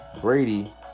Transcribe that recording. Brady